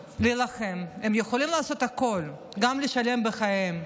להילחם, הם יכולים לעשות הכול, גם לשלם בחייהם,